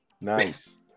Nice